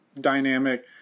dynamic